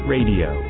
Radio